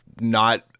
not-